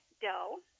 dough